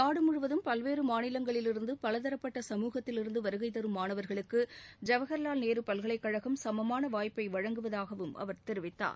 நாடு முழுவதும் பல்வேறு மாநிலங்களிலிருந்து பலதரப்பட்ட சமூகத்திலிருந்து வருகை தரும் மாணவர்களுக்கு ஜவஹர்வால் நேரு பல்கலைக்கழகம் கமமான வாய்ப்பை வழங்குவதாகவும் அவர் தெரிவித்தார்